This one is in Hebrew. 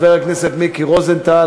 חבר הכנסת מיקי רוזנטל,